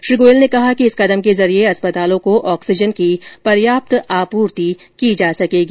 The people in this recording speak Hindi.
श्री गोयल ने कहा कि इस कदम के जरिये अस्पतालों को ऑक्सीजन की पर्याप्त आपूर्ति की जा सकेगी